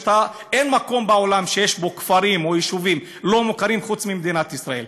אין מקום בעולם שיש בו כפרים או יישובים לא מוכרים חוץ מבמדינת ישראל.